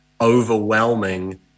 overwhelming